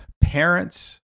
parents